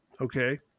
Okay